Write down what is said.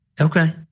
Okay